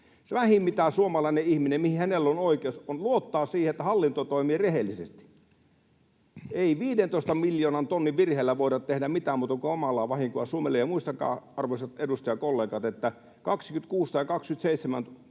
mitä suomalaisella ihmisellä on, on luottaa siihen, että hallinto toimii rehellisesti. Ei 15 miljoonan tonnin virheellä voida tehdä mitään muuta kuin kamalaa vahinkoa Suomelle. Ja muistakaa, arvoisat edustajakollegat, että vuonna 26